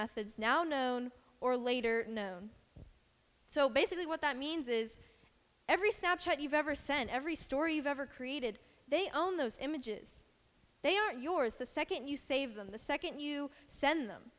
methods now known or later known so basically what that means is every snapshot you've ever sent every story of ever created they own those images they aren't yours the second you save them the second you send them